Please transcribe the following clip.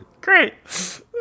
Great